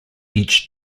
each